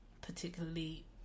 particularly